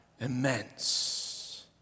immense